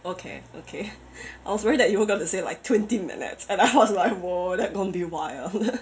okay okay I was worried that you were going to say like twenty minutes and I was like !whoa! that gon be wild